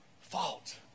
fault